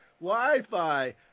wi-fi